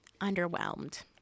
underwhelmed